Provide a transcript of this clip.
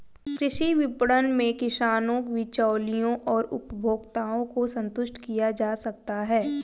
कृषि विपणन में किसानों, बिचौलियों और उपभोक्ताओं को संतुष्ट किया जा सकता है